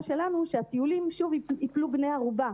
שלנו היא שהטיולים שוב ייפלו בני ערובה.